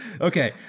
Okay